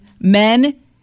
men